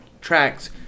tracks